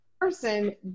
person